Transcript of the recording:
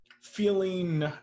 feeling